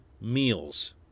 meals